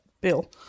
bill